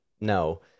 No